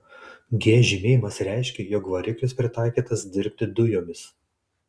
g žymėjimas reiškė jog variklis pritaikytas dirbti dujomis